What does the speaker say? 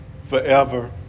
forever